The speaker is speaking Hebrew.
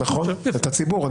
נכון, את הציבור.